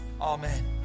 Amen